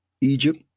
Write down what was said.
Egypt